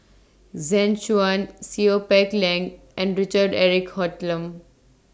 Zeng Shouyin Seow Peck Leng and Richard Eric Holttum